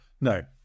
No